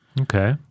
Okay